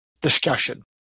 Discussion